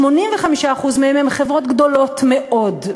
85% מהם הם חברות גדולות מאוד,